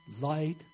light